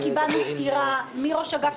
אנחנו היום בונים מחדש את מקצוע הנהגים בתחבורה